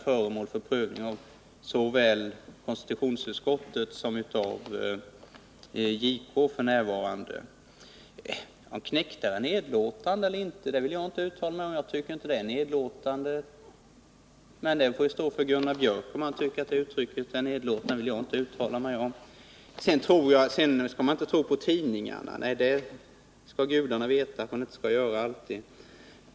föremål för prövning av såväl KU som JK. Jag tycker inte att ordet knektar är nedlåtande. Om Gunnar Björk anser det, så får det stå för hans räkning. Man skall inte tro allt som står i tidningarna, säger Gunnar Björk. Nej, det skall gudarna veta att man inte skall göra.